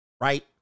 right